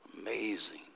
amazing